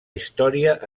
història